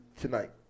tonight